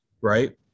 right